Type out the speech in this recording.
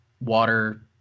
water